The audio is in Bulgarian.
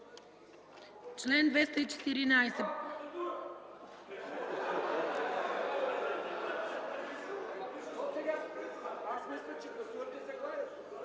Член 214